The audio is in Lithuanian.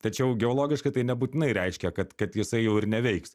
tačiau geologiškai tai nebūtinai reiškia kad kad jisai jau ir neveiks